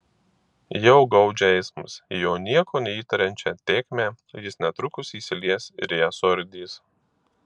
jau gaudžia eismas į jo nieko neįtariančią tėkmę jis netrukus įsilies ir ją suardys